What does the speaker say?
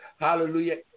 Hallelujah